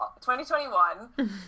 2021